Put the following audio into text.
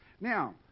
now